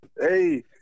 Hey